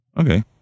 Okay